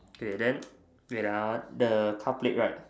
K then wait ah the car plate right